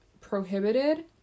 prohibited